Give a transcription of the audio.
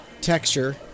texture